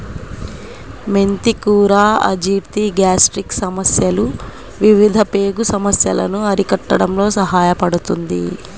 మెంతి కూర అజీర్తి, గ్యాస్ట్రిక్ సమస్యలు, వివిధ పేగు సమస్యలను అరికట్టడంలో సహాయపడుతుంది